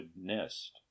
nest